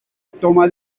toma